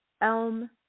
elm